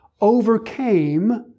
overcame